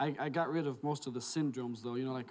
enough i got rid of most of the syndromes though you know like